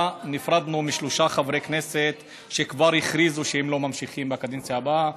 שבה נפרדנו משלושה חברי כנסת שכבר הכריזו שהם לא ממשיכים בקדנציה הבאה: